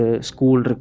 school